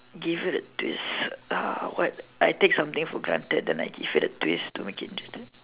give it a twist uh what I take something for granted and I give it a twist to make it interesting